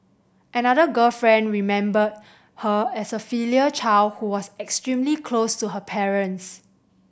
another girlfriend remembered her as a filial child who was extremely close to her parents